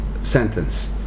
sentence